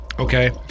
Okay